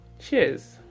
cheers